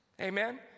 amen